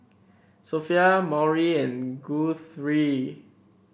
Sophia Maury and Guthrie